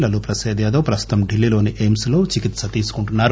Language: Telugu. లలూప్రసాద్ యాదవ్ ప్రస్తుతం ఢిల్లీలోని ఎయిమ్స్ లో చికిత్స తీసుకుంటున్నారు